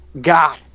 God